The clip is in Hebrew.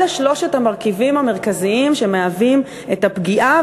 אלה שלושת המרכיבים המרכזיים שמהווים את הפגיעה,